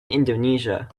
indonesia